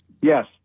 Yes